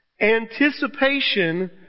anticipation